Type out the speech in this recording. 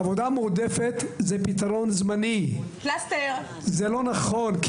עבודה מועדפת זה פתרון זמני, זה לא נכון.